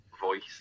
voice